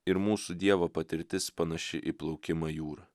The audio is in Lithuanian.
ir mūsų dievo patirtis panaši į plaukimą jūra